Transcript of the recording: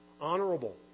honorable